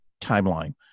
timeline